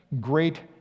great